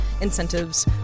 incentives